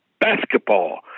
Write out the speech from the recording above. basketball